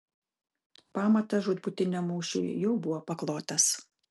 pamatas žūtbūtiniam mūšiui jau buvo paklotas